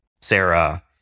sarah